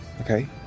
Okay